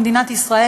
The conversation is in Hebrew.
במדינת ישראל,